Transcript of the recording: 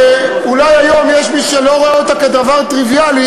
שאולי היום יש מי שלא רואה אותה כדבר טריוויאלי,